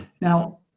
Now